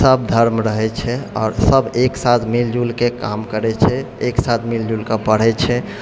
सभ धर्म रहै छै आओर सभ एकसाथ मिलजुलिके काम करै छै एक साथ मिलजुलिके पढ़ै छै